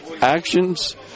actions